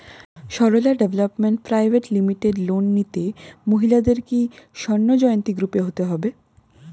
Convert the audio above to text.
Sarala development private limited loan নিতে মহিলাদের কি স্বর্ণ জয়ন্তী গ্রুপে হতে হবে?